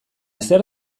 zer